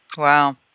Wow